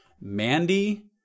Mandy